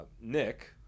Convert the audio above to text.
Nick